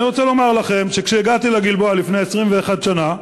אני רוצה לומר לכם שכשהגעתי לגלבוע, לפני 21 שנה,